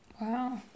Wow